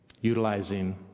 utilizing